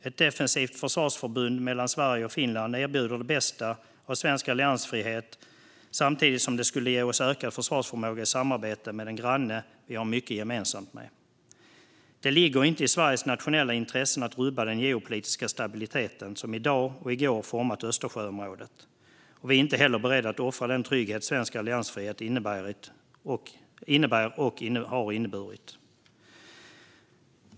Ett defensivt försvarsförbund mellan Sverige och Finland erbjuder det bästa av svensk alliansfrihet samtidigt som det skulle ge oss ökad försvarsförmåga i samarbete med en granne vi har mycket gemensamt med. Det ligger inte i Sveriges nationella intresse att rubba den geopolitiska stabilitet som i dag och i går format Östersjöområdet. Vi är inte heller beredda att offra den trygghet svensk alliansfrihet innebär och har inneburit.